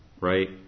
right